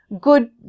good